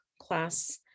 class